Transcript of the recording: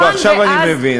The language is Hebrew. עכשיו אני מבין.